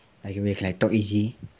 like talk easy